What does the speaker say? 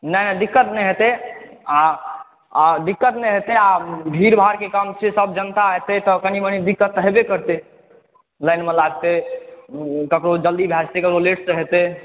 नहि दिक़्क़त नहि हेतै आ आ दिक़्क़त नहि हेतै आ भीड़ भाड़क काम छियै सभ जनता हेतै तब कनि मनी दिक़्क़त तऽ हेबय करतै लाइन मे लागतै ककरो जल्दी भए जेतै ककरो लेट सॅं हेतै